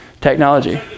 Technology